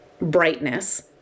brightness